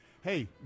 hey